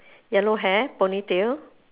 yellow hair ponytail